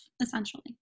essentially